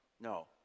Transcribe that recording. No